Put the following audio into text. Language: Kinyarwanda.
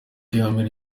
ihame